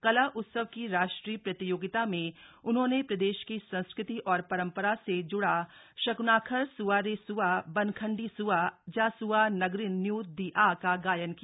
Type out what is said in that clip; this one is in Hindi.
कला उत्सव की राष्ट्रीय प्रतियोगिता में उन्होंने प्रदेश की संस्कृति और परंपरा से ज्ड़ा शकनाखर स्वा रे स्वा बनखंडी स्वा जा स्वा नगरिन न्यूत दी आ का गायन किया